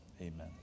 Amen